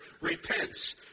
repents